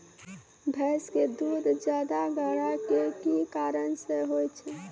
भैंस के दूध ज्यादा गाढ़ा के कि कारण से होय छै?